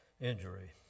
injury